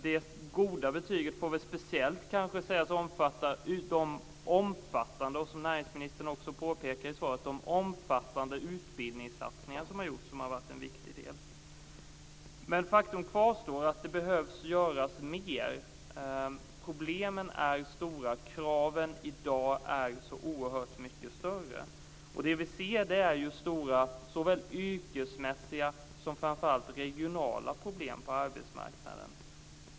Det goda betyget får kanske, som näringsministern också påpekar i svaret, speciellt anses gälla de omfattande utbildningssatsningar som varit en viktig del. Men faktum kvarstår: Det behöver göras mer. Problemen är större. Kraven i dag är oerhört mycket större. Det vi ser är stora såväl yrkesmässiga som, framför allt, regionala problem på arbetsmarknaden.